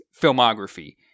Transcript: filmography